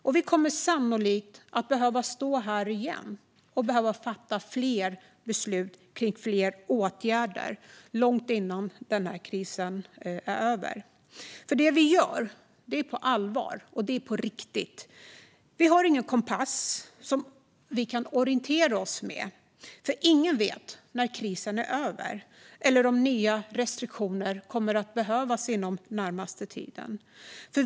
Och vi kommer sannolikt att behöva fatta beslut om fler åtgärder innan krisen är över. Det vi gör är på allvar, och det är på riktigt. Vi har ingen kompass som vi kan orientera efter. Ingen vet heller när krisen kommer att vara över eller om nya restriktioner kommer att behövas den närmaste tiden.